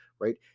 right